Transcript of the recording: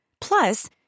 Plus